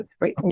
right